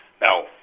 Now